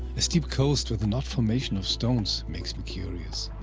a steep coast with an odd formation of stones, makes me curious.